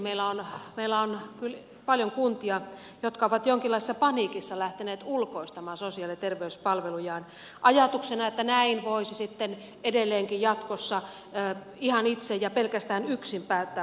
meillä on paljon kuntia jotka ovat jonkinlaisessa paniikissa lähteneet ulkoistamaan sosiaali ja terveyspalvelujaan ajatuksena että näin voisi sitten edelleenkin jatkossa ihan itse ja pelkästään yksin päättää palvelujen järjestämisestä